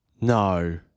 No